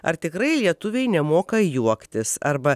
ar tikrai lietuviai nemoka juoktis arba